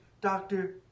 Doctor